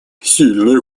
сильная